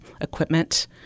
equipment